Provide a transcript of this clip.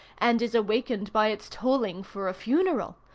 and is awakened by its tolling for a funeral.